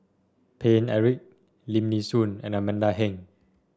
Paine Eric Lim Nee Soon and Amanda Heng